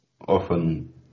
often